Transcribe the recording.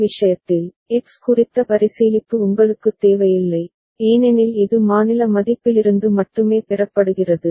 இந்த விஷயத்தில் எக்ஸ் குறித்த பரிசீலிப்பு உங்களுக்குத் தேவையில்லை ஏனெனில் இது மாநில மதிப்பிலிருந்து மட்டுமே பெறப்படுகிறது